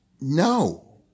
No